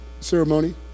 ceremony